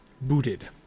Booted